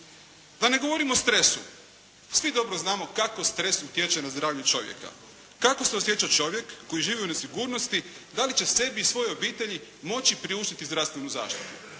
Da ne govorim o stresu, svi dobro znamo kako stres utječe na zdravlje čovjeka. Kako se osjeća čovjek koji živi u nesigurnosti, da li će sebi i svojoj obitelji moći priuštiti zdravstvenu zaštitu,